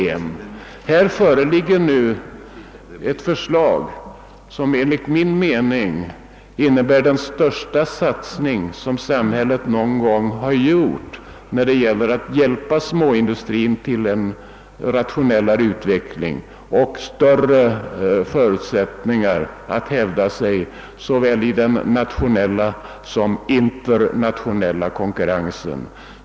Här föreligger nu ett förslag, som enligt min mening innebär den största satsning som samhället någon gång har gjort när det gäller att hjälpa småindustrin till en rationellare utveckling och större förutsättningar att hävda sig såväl i den nationella som den internationella konkurrensen.